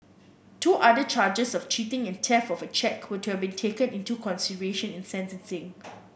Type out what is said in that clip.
two other charges of cheating and theft of a cheque were to have been taken into consideration in sentencing